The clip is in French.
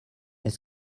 est